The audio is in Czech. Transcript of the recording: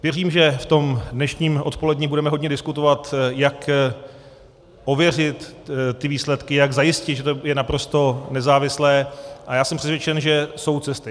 Věřím, že v tom dnešním odpoledni budeme hodně diskutovat, jak ověřit ty výsledky, jak zajistit, že je to naprosto nezávislé, a já jsem přesvědčen, že jsou cesty.